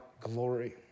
glory